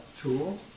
tool